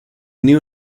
new